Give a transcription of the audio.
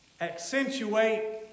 Accentuate